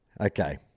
Okay